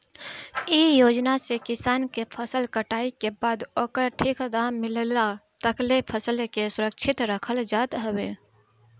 इ योजना से किसान के फसल कटाई के बाद ओकर ठीक दाम मिलला तकले फसल के सुरक्षित रखल जात हवे